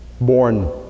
born